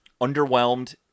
underwhelmed